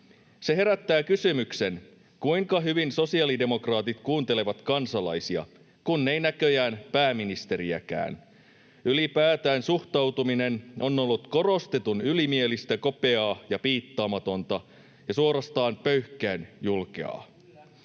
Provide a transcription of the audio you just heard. Se herättää kysymyksen, kuinka hyvin sosialidemokraatit kuuntelevat kansalaisia, kun eivät näköjään pääministeriäkään. Ylipäätään suhtautuminen on ollut korostetun ylimielistä, kopeaa ja piittaamatonta ja suorastaan pöyhkeän julkeaa.